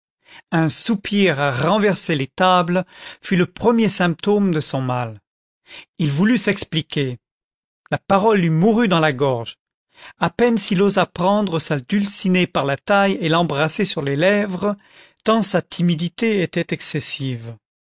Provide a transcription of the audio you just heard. un soupir à renverser les tables fut le premier symptôme de son mal il voulut s'expliquer la parole lui mourut dans la gorge a peine s'il osa prendre sa dulcinée par la taille et l'embrasser sur les lèvres tant sa timidité était excessive